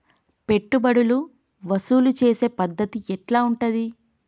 పెట్టుబడులు వసూలు చేసే పద్ధతి ఎట్లా ఉంటది?